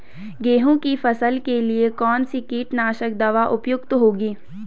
गेहूँ की फसल के लिए कौन सी कीटनाशक दवा उपयुक्त होगी?